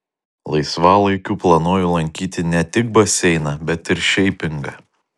laisvalaikiu planuoju lankyti ne tik baseiną bet ir šeipingą